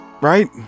right